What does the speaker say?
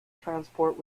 transport